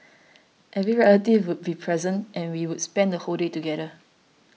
every relative would be present and we would spend the whole day together